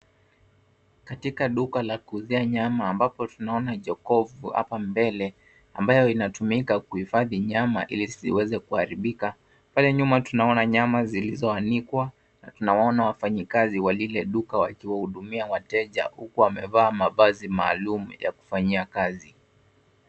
Katika duka la kuuzia nyama ambapo tunaona jokovu apo mbele ambayo inatumika kuhifadhi nyama ili zisiweze kuharibika. Pale nyuma tunaona nyama zilizoanikwa na tunawaona wafanyikazi wa lile duka wakiwahudumia wateza huku wamevaa mavazi maalum ya kufanyia kazi.